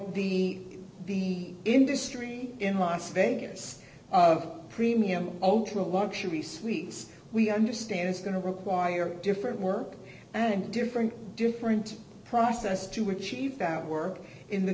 what the industry in las vegas of premium over a luxury suite we understand is going to require different work and different different process to achieve that work in the